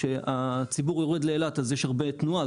שבו הציבור יורד לאילת אז יש הרבה תנועה,